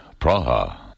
Praha